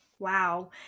Wow